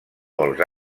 molts